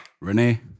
Renee